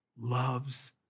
loves